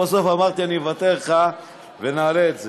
בסוף אמרתי: אוותר לך ונעלה את זה.